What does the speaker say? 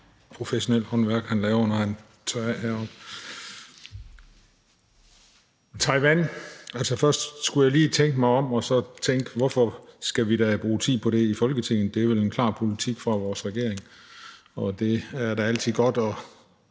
professionelt håndværk, hr. Karsten Hønge laver, når han tørrer af heroppe. Hvad angår Taiwan, skulle jeg først lige tænke mig om og tænke på, hvorfor vi dog skulle bruge tid på det i Folketinget. Der er vel en klar politik fra vores regerings side. Det er da altid godt at